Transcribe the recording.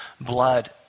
blood